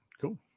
Cool